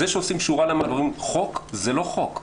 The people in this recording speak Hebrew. זה שעושים שורה ואומרים "חוק", זה לא חוק,